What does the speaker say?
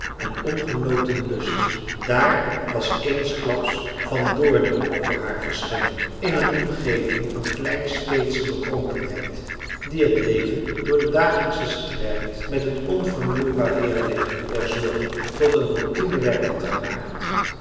en ongenoten lust daar was eensklaps van doorning voor haar verschenen in een omgeving van kleinsteedsche bekrompenheid die het leven door den dagelijkschen strijd met het onvermoeibaar heirleger der zorgen tot een routinewerk had gemaakt